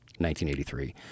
1983